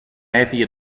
έφυγε